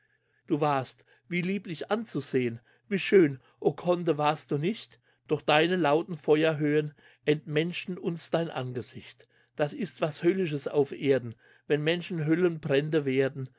du warst wie lieblich anzusehen wie schön o conde warst du nicht doch deine lauten feuerhöhen entmenschten uns dein angesicht das ist was höllisches auf erden wenn menschen höllenbrände werden